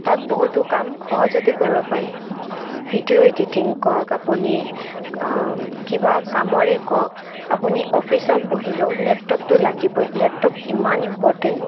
তাত বহুতো কাম সহজতে কৰিব পাৰি ভিডিঅ' এডিটিং কওঁক আপুনি কিবা কামৰে কওঁক আপুনি অ'ফিচত বহিলেও লেপটপটো লাগিবই লেটপট ইমান ইম্প'ৰ্টেণ্ট